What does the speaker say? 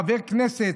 חבר הכנסת,